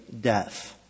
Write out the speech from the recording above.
death